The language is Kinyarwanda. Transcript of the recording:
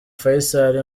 faisal